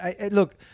Look